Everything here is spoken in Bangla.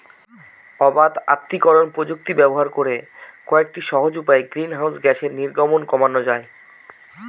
অবাত আত্তীকরন প্রযুক্তি ব্যবহার করে কয়েকটি সহজ উপায়ে গ্রিনহাউস গ্যাসের নির্গমন কমানো যায়